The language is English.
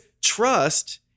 trust